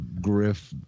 griff